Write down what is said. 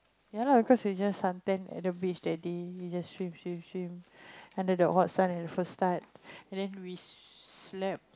ya lah because you just suntan at the beach that day you just swim swim swim under the hot sun and first start and then we slept